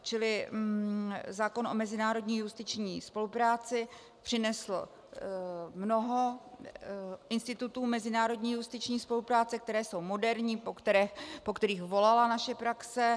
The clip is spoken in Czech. Čili zákon o mezinárodní justiční spolupráci přinesl mnoho institutů mezinárodní justiční spolupráce, které jsou moderní, po kterých volala naše praxe.